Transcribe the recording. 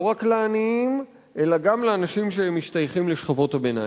לא רק לעניים אלא גם לאנשים שמשתייכים לשכבות הביניים.